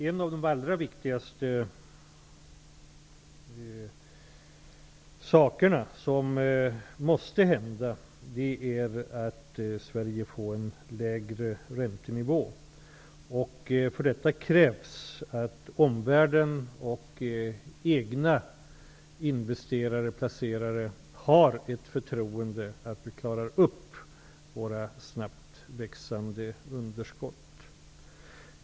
En av de allra viktigaste sakerna som måste hända är att Sverige får en lägre räntenivå. För detta krävs att omvärlden och egna investerare och placerare har ett förtroende för att vi klarar upp våra snabbt växande underskott.